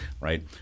right